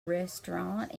restaurant